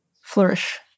flourish